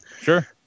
Sure